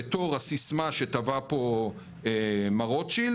בתור הסיסמה שטבע פה מר רוטשילד